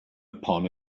upon